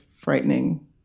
frightening